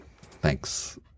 Thanks